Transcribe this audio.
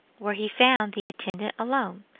where he found the intendant alone.